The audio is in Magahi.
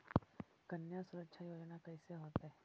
कन्या सुरक्षा योजना कैसे होतै?